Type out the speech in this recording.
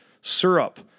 syrup